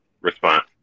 response